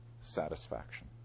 satisfaction